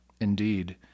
Indeed